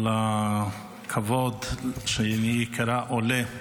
על הכבוד, שאני נקרא עולה.